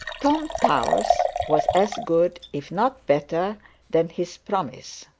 tom towers was as good, if not better than his promise.